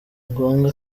ngombwa